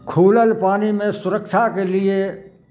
खुलल पानिमे सुरक्षाके लिए